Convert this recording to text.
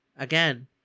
Again